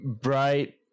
Bright